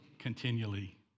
Continually